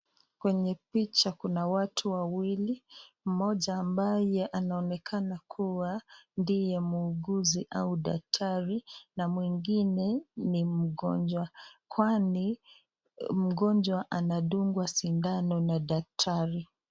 Kwenye picha kuna watu wawili, mmoja ambaye anaonekana kuwa ndiye muuguzi ama daktari na mwingine ni mgonjwa kwani mgonjwa anadungwa sindano na daktari.